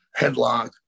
headlock